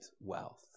wealth